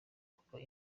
kuba